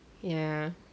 ya